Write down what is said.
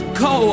go